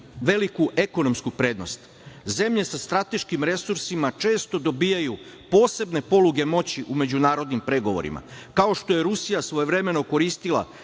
veliku ekonomsku prednost. Zemlje sa strateškim resursima često dobijaju posebne poluge moći u međunarodnim pregovorima. Kao što je Rusija svojevremeno koristila